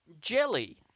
Jelly